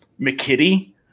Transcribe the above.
McKitty